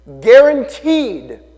Guaranteed